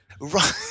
Right